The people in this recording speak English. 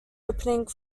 opening